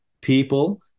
People